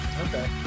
Okay